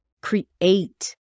create